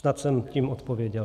Snad jsem tím odpověděl.